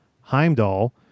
Heimdall